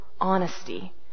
honesty